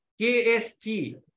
kst